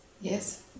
yes